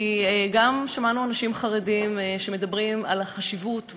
כי גם שמענו אנשים חרדים שמדברים על החשיבות,